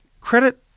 Credit